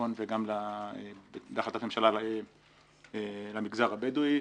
בצפון וגם בהחלטת הממשלה למגזר הבדואי,